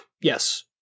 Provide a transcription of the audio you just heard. Yes